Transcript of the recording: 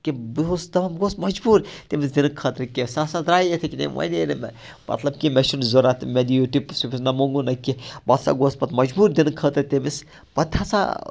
کہِ بہٕ اوسُس دَپان بہٕ گووُس مجبوٗر تٔمِس دِنہٕ خٲطرٕ کینٛہہ سُہ ہَسا درٛایاو یِتھے کَنی تٔمۍ مانے نہٕ مےٚ مطلب کہِ مےٚ چھُنہٕ ضوٚرَتھ مےٚ دِیِو ٹِپٕس وِپٕس نہ موٚنٛگُن نہ کینٛہہ بہٕ ہَسا گووُس پَتہٕ مجبوٗر دِنہٕ خٲطرٕ تٔمِس پَتہٕ ہَسا